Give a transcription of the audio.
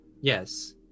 yes